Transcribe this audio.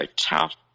tough